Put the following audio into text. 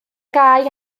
gae